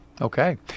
Okay